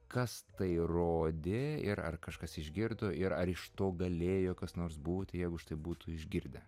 kas tai rodė ir ar kažkas išgirdo ir ar iš to galėjo kas nors būti jeigu štai būtų išgirdę